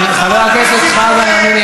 חבר הכנסת חזן, חבר הכנסת חזן.